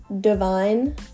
divine